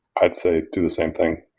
i'd say do the same thing.